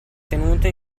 tenuto